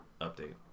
update